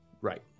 Right